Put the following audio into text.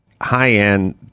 high-end